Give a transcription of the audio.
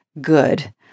good